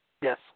Yes